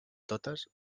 totes